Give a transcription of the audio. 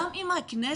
גם אם הכנסת